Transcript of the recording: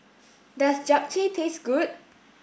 does Japchae taste good